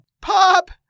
Pop